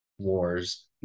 wars